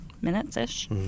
minutes-ish